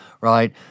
right